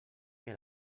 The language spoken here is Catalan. que